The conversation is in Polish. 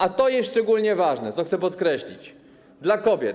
A to jest szczególnie ważne, co chcę podkreślić, dla kobiet.